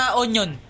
onion